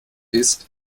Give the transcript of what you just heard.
ist